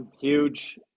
huge